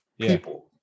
people